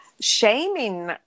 shaming